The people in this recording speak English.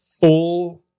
full